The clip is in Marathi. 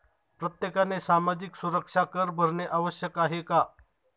प्रत्येकाने सामाजिक सुरक्षा कर भरणे आवश्यक आहे का?